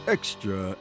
Extra